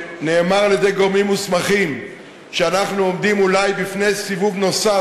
שנאמר על-ידי גורמים מוסמכים שאנחנו עומדים אולי בפני סיבוב נוסף,